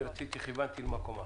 אני כיוונתי למקום אחר.